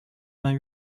vingt